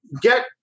get